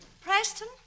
Preston